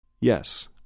Yes